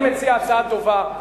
אני מציע הצעה טובה.